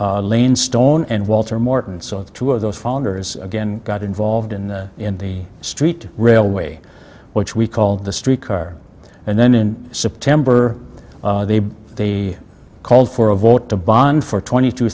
lane stone and walter morton so the two of those founders again got involved in the in the street railway which we called the street car and then in september they called for a vote to bond for twenty two